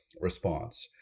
response